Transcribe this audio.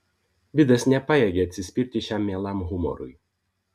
vidas nepajėgė atsispirti šiam mielam humorui